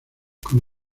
con